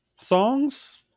songs